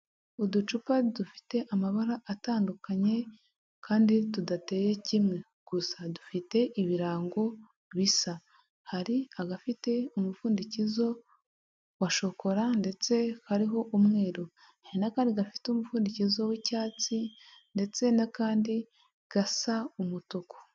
Uducupa dufite amabara atandukanye kandi tudateye kimwe gusa dufite ibirango bisa, hari agafite umupfundikizo wa shokora ndetse kariho umweru, hari n'akandi gafite umupfundikizo w'icyatsi ndetse n'akandi gasa umutuku.